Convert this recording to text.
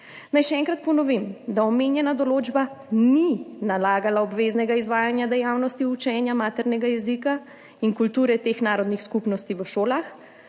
Naj še enkrat ponovim, da omenjena določba ni nalagala obveznega izvajanja dejavnosti učenja maternega jezika in kulture teh narodnih skupnosti v šolah,